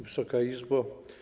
Wysoka Izbo!